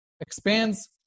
expands